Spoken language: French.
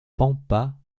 pampa